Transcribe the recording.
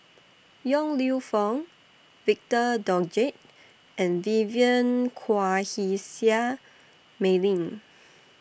Yong Lew Foong Victor Doggett and Vivien Quahe Seah Mei Lin